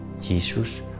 Jesus